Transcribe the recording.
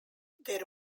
their